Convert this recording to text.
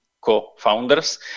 co-founders